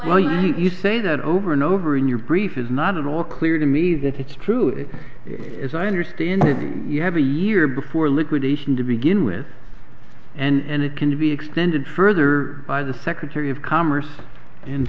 well you say that over and over in your brief is not at all clear to me that it's true that as i understand it you have a year before liquidation to begin with and it can be extended further by the secretary of commerce